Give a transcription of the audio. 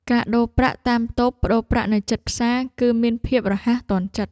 ការដូរប្រាក់តាមតូបប្តូរប្រាក់នៅជិតផ្សារ គឺមានភាពរហ័សទាន់ចិត្ត។